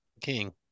King